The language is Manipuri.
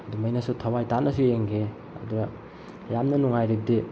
ꯑꯗꯨꯃꯥꯏꯅꯁꯨ ꯊꯋꯥꯏ ꯇꯥꯅꯁꯨ ꯌꯦꯡꯈꯤ ꯑꯗꯨꯒ ꯌꯥꯝꯅ ꯅꯨꯡꯉꯥꯏꯔꯤꯕꯗꯤ